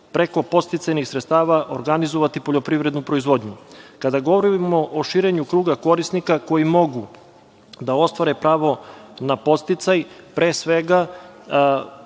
preko podsticajnih sredstava organizovati poljoprivrednu proizvodnju. Kada govorimo o širenju kruga korisnika koji mogu da ostvare pravo na podsticaj, pre svega